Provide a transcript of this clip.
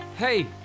Hey